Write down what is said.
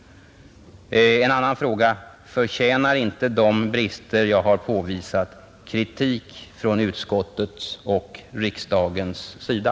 Förtjänar inte de brister jag har påvisat kritik från utskottets och riksdagens sida?